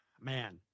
Man